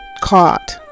caught